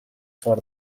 for